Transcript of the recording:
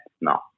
no